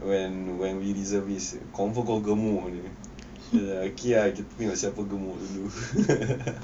when when we reservists confirm kau gemuk punya okay ah kita tengok siapa gemuk dulu